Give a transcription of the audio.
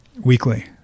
weekly